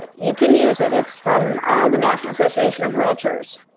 you can use it. it's from the national association of realtors.